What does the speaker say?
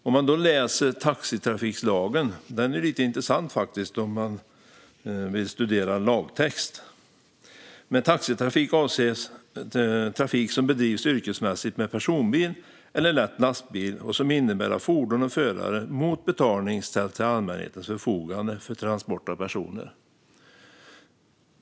I taxitrafiklagen, som faktiskt är lite intressant om man vill studera lagtext, står det så här: "Med taxitrafik avses trafik som bedrivs yrkesmässigt med personbil eller lätt lastbil och som innebär att fordon och förare mot betalning ställs till allmänhetens förfogande för transport av personer."